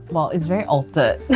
well, it's very altered.